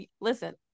listen